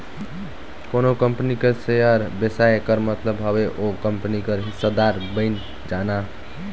कोनो कंपनी कर सेयर बेसाए कर मतलब हवे ओ कंपनी कर हिस्सादार बइन जाना